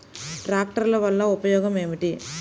ట్రాక్టర్ల వల్ల ఉపయోగం ఏమిటీ?